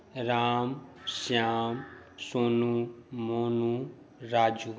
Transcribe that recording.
Ram Shyam Sonu Monu Raju